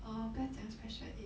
err 不要讲 special aid